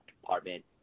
department